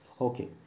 Okay